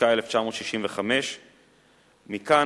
התשכ"ה 1965. מכאן,